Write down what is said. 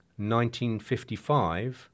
1955